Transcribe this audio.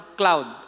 cloud